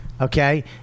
Okay